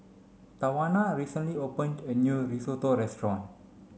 Tawana recently opened a new Risotto restaurant